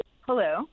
Hello